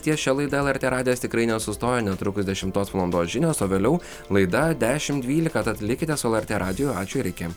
ties šia laida lrt radijas tikrai nesustoja netrukus dešimtos valandos žinios o vėliau laida dešim dvylika tad likite su lrt radiju ačiū ir iki